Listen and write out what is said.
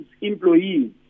employees